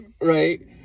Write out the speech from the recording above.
right